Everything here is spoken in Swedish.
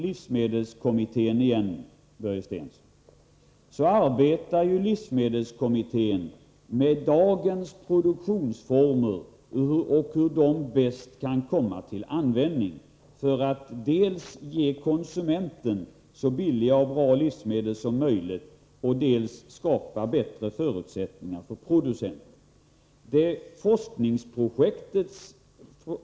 Livsmedelskommittén, för att nu beröra den igen, Börje Stensson, arbetar ju med dagens produktionsformer och hur dessa bäst skall komma till användning för att dels ge konsumenten så billiga och bra livsmedel som möjligt, dels skapa bättre förutsättningar för producenten.